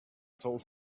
told